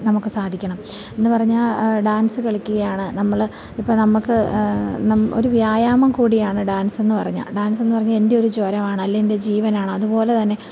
നമുക്ക് സാധിക്കണം എന്ന് പറഞ്ഞാൽ ഡാൻസ് കളിക്കുകയാണ് നമ്മൾ ഇപ്പം നമുക്ക് നം ഒരു വ്യായാമം കൂടിയാണ് ഡാൻസ് എന്ന് പറഞ്ഞാൽ ഡാൻസ് എന്ന് പറഞ്ഞാൽ എൻ്റെ ഒരു ജ്വരമാണ് അല്ലെങ്കിൽ ജീവനാണ് അതുപോലെ തന്നെ